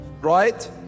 Right